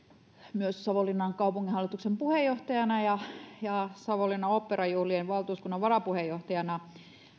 myös savonlinnan kaupunginhallituksen puheenjohtajana ja ja savonlinnan oopperajuhlien valtuuskunnan varapuheenjohtajana